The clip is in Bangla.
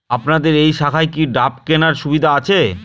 আপনাদের এই শাখায় কি ড্রাফট কেনার সুবিধা আছে?